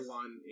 one